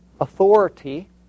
authority